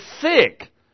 sick